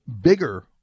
bigger